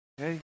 Okay